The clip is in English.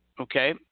Okay